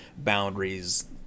boundaries